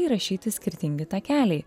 įrašyti skirtingi takeliai